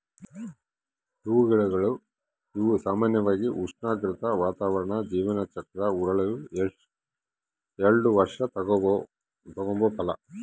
ಹೂಗಿಡಗಳು ಇವು ಸಾಮಾನ್ಯವಾಗಿ ಉಷ್ಣಾಗ್ರತೆ, ವಾತಾವರಣ ಜೀವನ ಚಕ್ರ ಉರುಳಲು ಎಲ್ಡು ವರ್ಷ ತಗಂಬೋ ಫಲ